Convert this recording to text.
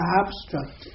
abstract